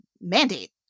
mandate